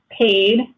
paid